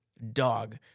dog